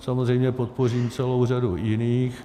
Samozřejmě podpořím celou řadu i jiných.